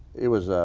it was.